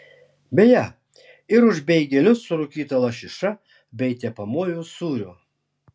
beje ir už beigelius su rūkyta lašiša bei tepamuoju sūriu